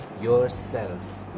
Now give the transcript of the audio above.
yourselves